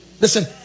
Listen